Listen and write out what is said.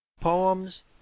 Poems